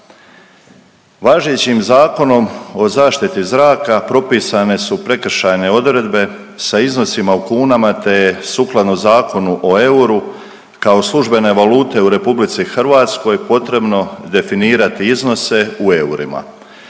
Važećim Zakonom o zaštiti zraka propisane su prekršajne odredbe sa iznosima u kunama te je sukladno Zakonu o euru kao službene valute u RH potrebno definirati iznose u eurima